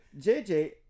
jj